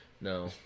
No